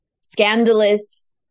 scandalous